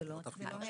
זה לא התפקיד שלהם.